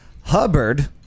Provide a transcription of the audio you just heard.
Hubbard